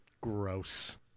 Gross